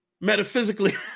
metaphysically